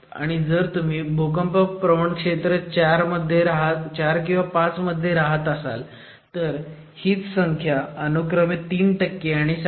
आणि जर तुम्ही क्षेत्र 4 किंवा 5 मध्ये असाल तर हीच संख्या अनुक्रमे 3 आणि 4